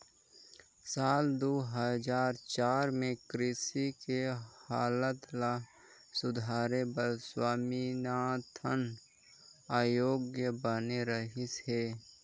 साल दू हजार चार में कृषि के हालत ल सुधारे बर स्वामीनाथन आयोग बने रहिस हे